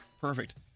perfect